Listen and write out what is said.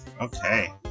Okay